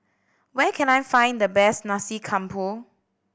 where can I find the best Nasi Campur